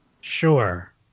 Sure